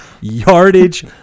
yardage